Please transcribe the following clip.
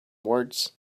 words